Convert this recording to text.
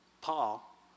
Paul